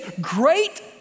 great